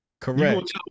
Correct